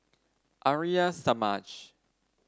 Arya Samaj